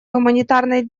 гуманитарной